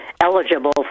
eligible